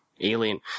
alien